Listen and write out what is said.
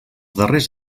darrers